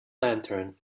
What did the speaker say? lantern